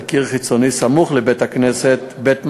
קיר חיצוני סמוך לבית-הכנסת "בית משיח",